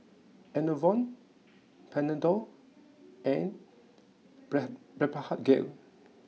Enervon Panadol and brad Blephagel